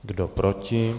Kdo proti?